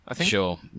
Sure